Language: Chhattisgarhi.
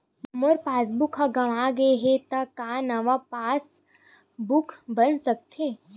मोर पासबुक ह गंवा गे हे त का नवा पास बुक बन सकथे?